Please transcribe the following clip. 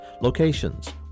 Locations